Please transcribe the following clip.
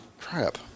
crap